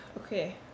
okay